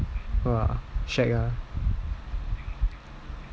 !wah! shag ah